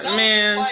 man